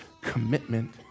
commitment